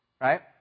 Right